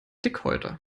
dickhäuter